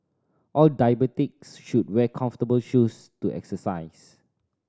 all diabetics should wear comfortable shoes to exercise